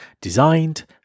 designed